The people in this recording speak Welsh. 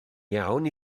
iawn